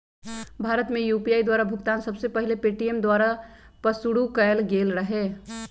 भारत में यू.पी.आई द्वारा भुगतान सबसे पहिल पेटीएमें द्वारा पशुरु कएल गेल रहै